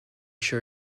sure